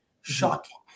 Shocking